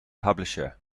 publisher